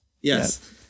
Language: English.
Yes